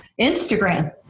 Instagram